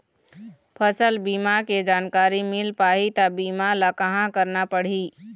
फसल बीमा के जानकारी मिल पाही ता बीमा ला कहां करना पढ़ी?